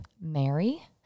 Mary